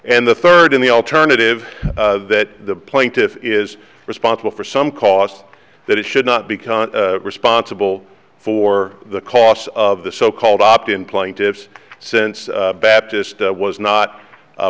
and the third in the alternative that the plaintiff is responsible for some costs that it should not become responsible for the costs of the so called opt in plaintiff's since baptist was not